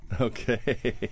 Okay